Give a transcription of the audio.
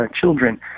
children